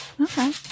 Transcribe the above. Okay